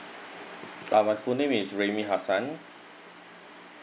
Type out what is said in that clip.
ah my full name is rehmi hassan